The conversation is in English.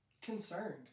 Concerned